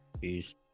Peace